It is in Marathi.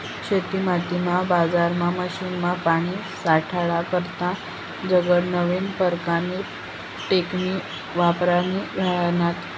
शेतीमातीमा, बजारमा, मशीनमा, पानी साठाडा करता गनज नवीन परकारनी टेकनीक वापरायी राह्यन्यात